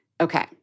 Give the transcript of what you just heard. Okay